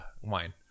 wine